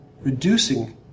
reducing